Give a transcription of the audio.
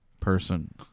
person